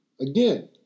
Again